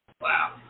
Wow